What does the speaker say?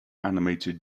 animator